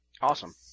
Awesome